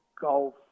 golf